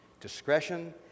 discretion